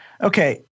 Okay